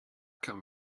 come